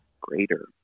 greater